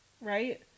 right